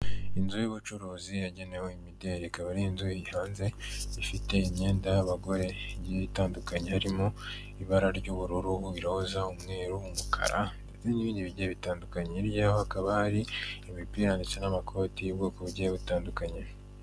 Inzu y'ubucuruzi yagenewe imideli ikaba ari inzu hanze ifite imyenda y'abagore itandukanye harimo ibara ry'ubururu, iroza, umweru n'umukara n'ibindi bigiye bitandukanyeho hakaba hari imipira ndetse n'amakoti y'ubwoko bugiye butandukanye.